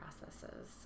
processes